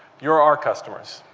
you're our customers,